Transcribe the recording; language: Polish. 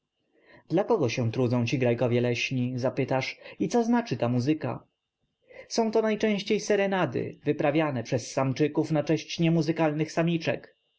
dla kogo się trudzą ci grajkowie leśni zapytasz i co znaczy ta muzyka są to najczęściej serenady wyprawiane przez samczyków na cześć niemuzykalnych samiczek